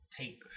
take